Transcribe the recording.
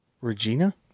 Regina